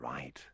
right